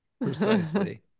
Precisely